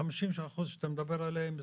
ה-50% שאתה מדבר עליהם,